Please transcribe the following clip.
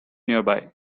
nearby